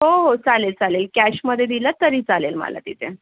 हो हो चालेल चालेल कॅशमध्ये दिलं तरी चालेल मला तिथे